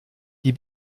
die